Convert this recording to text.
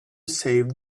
save